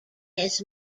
his